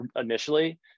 initially